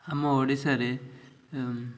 ଆମ ଓଡ଼ିଶାରେ